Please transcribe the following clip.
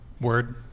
Word